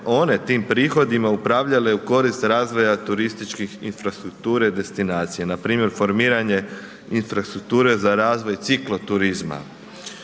one tim prihodima upravljale u korist razvoja turističke infrastrukture, destinacije, npr. formiranje infrastrukture za razvoj ciklo turizma.